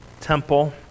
temple